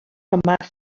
komplett